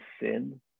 sin